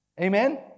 Amen